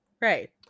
Right